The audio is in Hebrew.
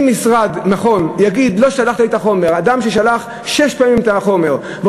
אם מכון יגיד: לא שלחת לי את החומר אדם שלח